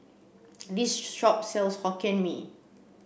this shop sells Hokkien Mee